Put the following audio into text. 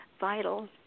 vital